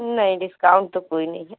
नहीं डिस्काउन्ट तो कोई नहीं है